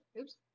oops